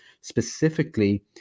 specifically